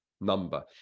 number